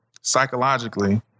psychologically